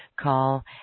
call